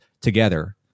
together